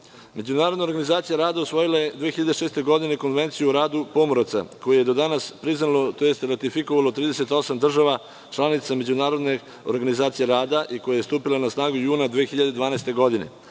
Međunarodna organizacija rada usvojila je 2006. godine Konvenciju o radu pomoraca, koji je do danas priznalo tj. ratifikovalo 38 država članica Međunarodne organizacije rada i koje je stupilo na snagu juna 2012. godine.